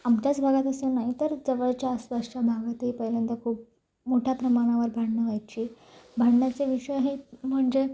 आमच्याच भागात असं नाही तर जवळच्या आसपासच्या भागातही पहिल्यांदा खूप मोठ्या प्रमाणावर भांडणं व्हायची भांडणाचे विषय हे म्हणजे